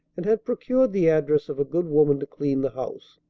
and had procured the address of a good woman to clean the house.